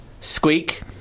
Squeak